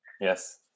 Yes